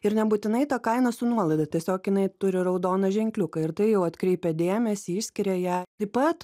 ir nebūtinai ta kaina su nuolaida tiesiog jinai turi raudoną ženkliuką ir tai jau atkreipia dėmesį išskiria ją taip pat